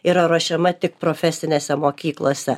yra ruošiama tik profesinėse mokyklose